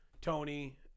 Tony